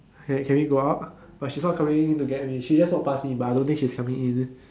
can we go out but she just coming in to get in she just walk past me but I don't think she's coming in